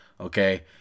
okay